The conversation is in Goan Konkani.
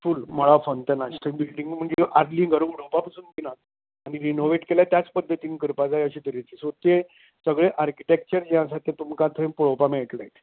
फुल मळा फाँटेनाश त्यो बिल्डींको म्हणचे आदलीं घरा मोडपा पसून दिनात आनी रिनॉवेट केल्यार त्याच पद्दतीन करपाक जाय अशे तरेचो ते सगळे आर्किटेक्चर जें आसा तें तुमकां थंय पळोवपा मेळटले